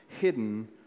hidden